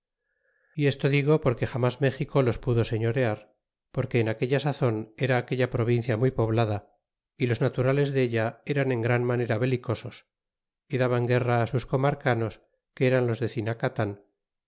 y esto digo porque jamas méxico los pudo señorear porque en aquella sazon era aquella provincia muy poblada y los naturales della eran en gran manera belicosos y daban guerra sus comarcanos que eran los de